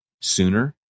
sooner